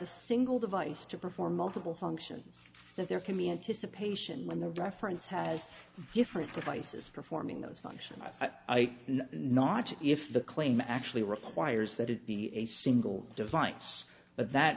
a single device to perform multiple functions that there can be anticipation when the reference has different devices performing those functions not if the claim actually requires that it be a single device but that